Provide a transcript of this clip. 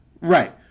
right